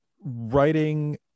writing